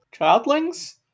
childlings